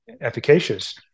efficacious